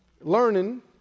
Learning